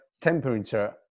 temperature